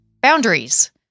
boundaries